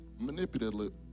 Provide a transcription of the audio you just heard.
manipulated